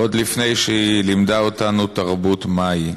עוד לפני שהיא לימדה אותנו תרבות מהי.